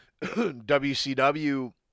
WCW